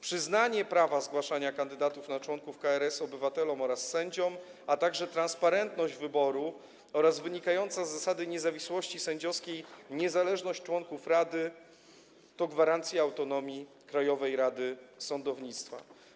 Przyznanie prawa zgłaszania kandydatów na członków KRS obywatelom oraz sędziom, a także transparentność wyboru oraz wynikająca z zasady niezawisłości sędziowskiej niezależność członków rady to gwarancja autonomii Krajowej Rady Sądownictwa.